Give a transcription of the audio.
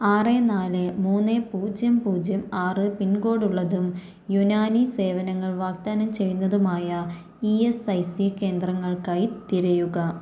ആറ് നാല് മൂന്ന് പൂജ്യം പൂജ്യം ആറ് പിൻകോഡ് ഉള്ളതും യുനാനി സേവനങ്ങൾ വാഗ്ദാനം ചെയ്യുന്നതുമായ ഇ എസ് ഐ സി കേന്ദ്രങ്ങൾക്കായി തിരയുക